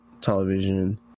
television